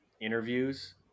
interviews